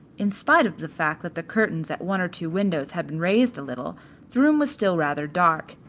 in spite of the fact that the curtains at one or two windows had been raised a little the room was still rather dark,